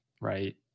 right